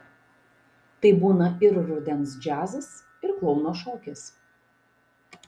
tai būna ir rudens džiazas ir klouno šokis